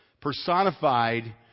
personified